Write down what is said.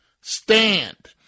stand